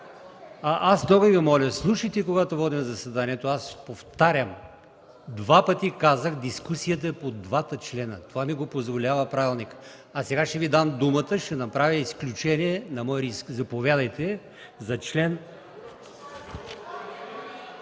Много Ви моля, слушайте, когато водя заседанието! Повтарям, два пъти казах „дискусията по двата члена”! Това ми го позволява правилникът. А сега ще Ви дам думата, ще направя изключение на мой риск. Заповядайте за чл.